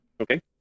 Okay